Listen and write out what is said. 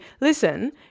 Listen